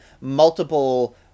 multiple